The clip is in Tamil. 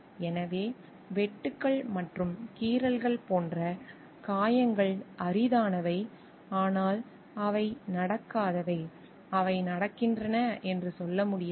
எனவே வெட்டுக்கள் மற்றும் கீறல்கள் போன்ற காயங்கள் அரிதானவை ஆனால் அவை நடக்காதவை அவை நடக்கின்றன என்று சொல்ல முடியாது